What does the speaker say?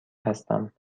هستم